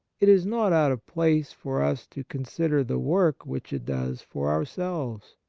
it is not out of place for us to consider the work which it does for ourselves.